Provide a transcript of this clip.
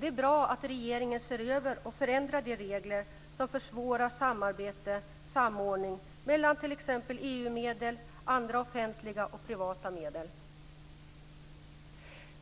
Det är bra att regeringen ser över och förändrar de regler som försvårar samarbete och samordning mellan t.ex. EU medel, andra offentliga medel och privata medel.